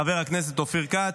חבר הכנסת אופיר כץ,